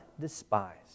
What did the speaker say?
despise